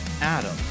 Adam